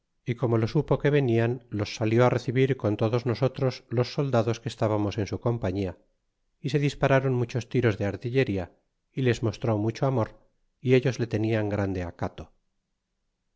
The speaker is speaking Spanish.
y como lo supo que venían los salió recibir con todos nosotros los soldados que estábamos en su compañía y se dispararon muchos tiros de artilleria y les mostró mucho amor y ellos le tenian grande acato